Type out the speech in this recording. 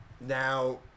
Now